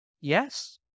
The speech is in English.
Yes